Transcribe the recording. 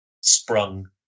sprung